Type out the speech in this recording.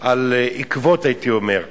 על עקבות, הייתי אומר.